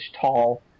tall